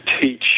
teach